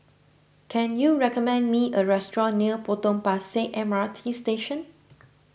can you recommend me a restaurant near Potong Pasir M R T Station